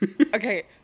Okay